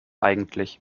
eigentlich